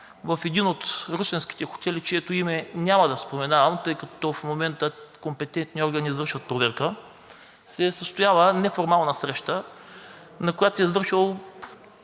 в един от русенските хотели, чието име няма да споменавам, тъй като в момента компетентни органи извършват проверка, се е състояла неформална среща, на която се е извършил